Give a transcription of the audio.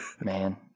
Man